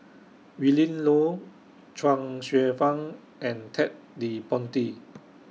Willin Low Chuang Hsueh Fang and Ted De Ponti